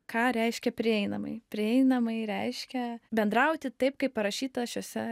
ką reiškia prieinamai prieinamai reiškia bendrauti taip kaip parašyta šiose